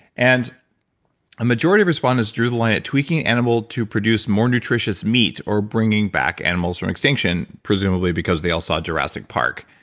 and a majority of respondents drew the line at tweaking an animal to produce more nutritious meat or bringing back animals from extinction, presumably because they all saw jurassic park.